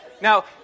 now